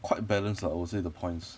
quite balanced lah I would say the points